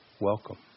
welcome